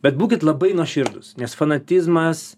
bet būkit labai nuoširdūs nes fanatizmas